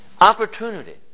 Opportunity